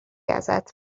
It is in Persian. ازت